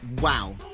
wow